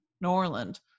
Norland